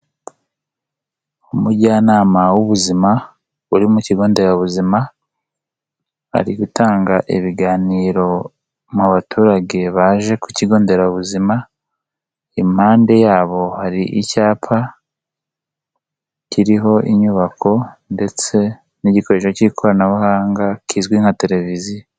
Umujyanama w'ubuzima uri mu kigo nderabuzima, ari gutanga ibiganiro mu baturage baje ku kigo nderabuzima, impande yabo hari icyapa kiriho inyubako ndetse n'igikoresho cy'ikoranabuhanga kizwi nka televiziyo.